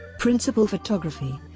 principal photography